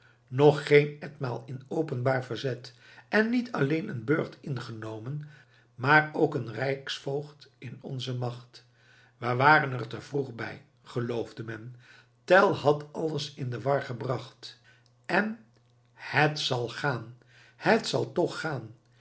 nog geen etmaal in openbaar verzet en niet alleen een burcht ingenomen maar ook een rijksvoogd in onze macht we waren er te vroeg bij geloofde men tell had alles in de war gebracht en het zal gaan het zal toch gaan